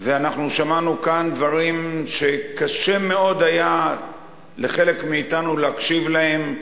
ואנחנו שמענו כאן דברים שקשה מאוד היה לחלק מאתנו להקשיב להם,